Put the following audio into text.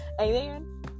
Amen